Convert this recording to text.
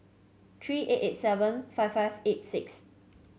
three eight eight seven five five eight six